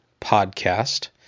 Podcast